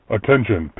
Attention